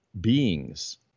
beings